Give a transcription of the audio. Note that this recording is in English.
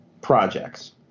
projects